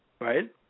right